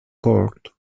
court